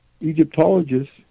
Egyptologists